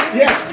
yes